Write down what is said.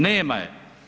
Nema je.